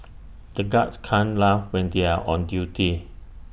the guards can't laugh when they are on duty